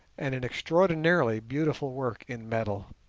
and an extraordinarily beautiful work in metal.